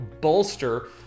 bolster